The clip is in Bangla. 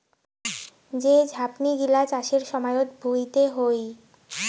যে ঝাপনি গিলা চাষের সময়ত ভুঁইতে হই